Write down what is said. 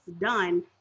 done